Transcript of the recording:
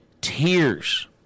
tears